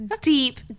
deep